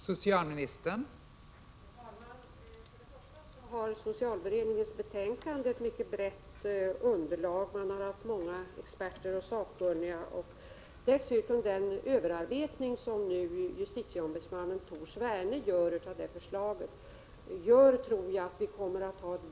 Fru talman! För det första har socialberedningen för sitt betänkande haft ett mycket brett underlag — man har haft många experter och sakkunniga till sin hjälp. För det andra gör nu justitieombudsman Tor Sverne den överarbetning som jag nämnde i svaret.